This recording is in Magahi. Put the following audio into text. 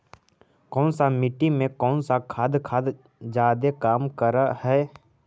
कौन सा मिट्टी मे कौन सा खाद खाद जादे काम कर हाइय?